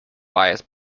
bias